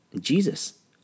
Jesus